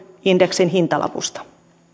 indeksin hintalapusta